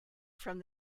from